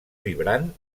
vibrant